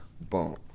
Boom